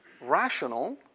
rational